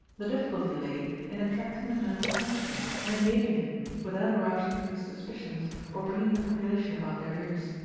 the difficulty lay in attracting the man's attention and engaging him without arousing his suspicions or bringing the population about their ears.